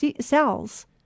cells